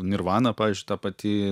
nirvana pavyzdžiui ta pati